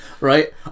right